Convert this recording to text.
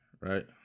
right